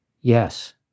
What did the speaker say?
Yes